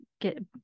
get